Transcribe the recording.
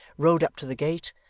rode up to the gate,